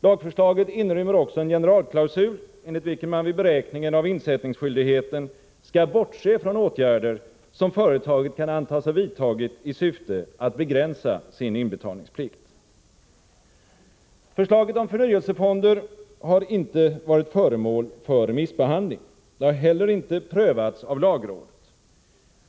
Lagförslaget inrymmer dessutom en generalklausul, enligt vilken man vid beräkningen av insättningsskyldigheten skall bortse från åtgärder som företaget kan antas ha vidtagit i syfte att begränsa sin inbetalningsplikt. Förslaget om förnyelsefonder har inte varit föremål för remissbehandling. Det har inte heller prövats av lagrådet.